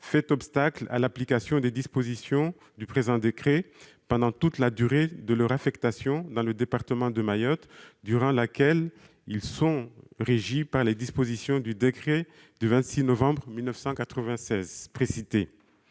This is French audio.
-fait obstacle à l'application des dispositions du présent décret, pendant toute la durée de leur affectation dans le département de Mayotte durant laquelle ils sont régis par les dispositions du décret du 26 novembre 1996